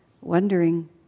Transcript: wondering